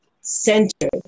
centered